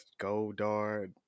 Goldard